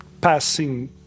passing